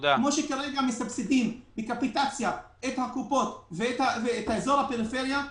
כמו שמסבסדים בקפיטציה את הקופות ואת הפריפריה,